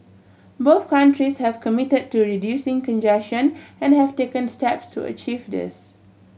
both countries have committed to reducing congestion and have taken step to achieve this